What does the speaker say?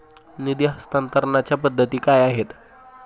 निधी हस्तांतरणाच्या पद्धती काय आहेत?